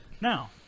Now